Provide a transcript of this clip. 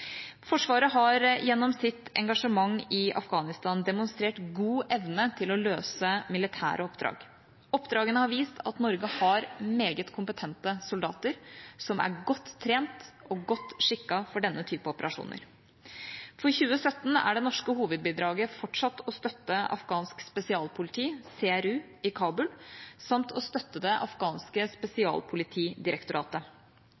Forsvaret har gjennom sitt engasjement i Afghanistan demonstrert god evne til å løse militære oppdrag. Oppdragene har vist at Norge har meget kompetente soldater, som er godt trent og godt skikket for denne type operasjoner. For 2017 er det norske hovedbidraget fortsatt å støtte afghansk spesialpoliti, CRU, i Kabul samt å støtte det afghanske